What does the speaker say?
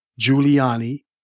Giuliani